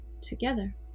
together